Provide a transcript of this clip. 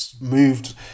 moved